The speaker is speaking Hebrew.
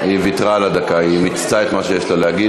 היא ויתרה על הדקה, היא מיצתה את מה שיש לה להגיד.